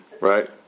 Right